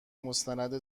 مستند